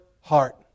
heart